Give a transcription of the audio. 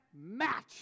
match